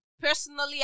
personally